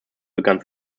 begann